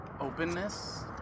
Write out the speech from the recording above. openness